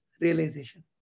realization